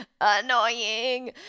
annoying